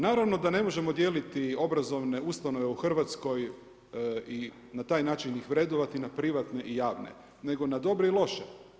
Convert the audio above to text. Naravno da ne možemo dijeliti obrazovne ustanove u Hrvatskoj i na taj način ih vrednovati na privatne i javne nego na dobre i loše.